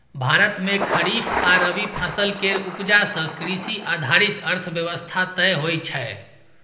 भारत मे खरीफ आ रबी फसल केर उपजा सँ कृषि आधारित अर्थव्यवस्था तय होइ छै